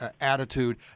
attitude